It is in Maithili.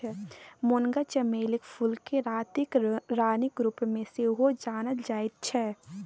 मूंगा चमेलीक फूलकेँ रातिक रानीक रूपमे सेहो जानल जाइत छै